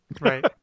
Right